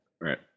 Right